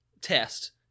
test